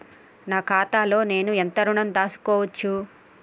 నా ఖాతాలో నేను ఎంత ఋణం దాచుకోవచ్చు?